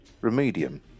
Remedium